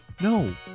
No